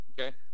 Okay